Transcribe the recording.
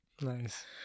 Nice